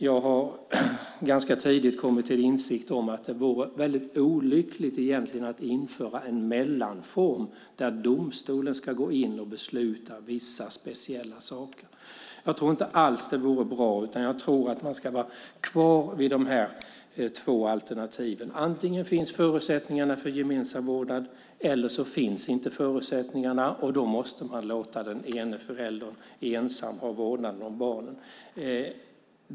Jag har ganska tidigt kommit till insikt om att det vore väldigt olyckligt att införa en mellanform, där domstolen ska gå in och besluta vissa speciella saker. Jag tror inte alls att det vore bra, utan jag tror att man ska vara kvar vid de nuvarande två alternativen. Antingen finns förutsättningarna för gemensam vårdnad eller så finns inte förutsättningarna, och då måste man låta den ena föräldern ensam ha vårdnaden om barnen.